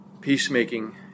peacemaking